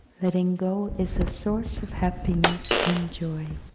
letting go is a source of happiness and joy.